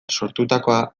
sortutakoa